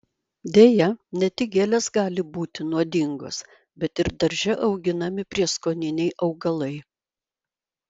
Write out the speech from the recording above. deja ne tik gėlės gali būti nuodingos bet ir darže auginami prieskoniniai augalai